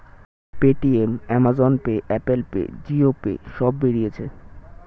Paytm, Amazon Pay, Apple Pay, Jio pay সব বেরিয়েছে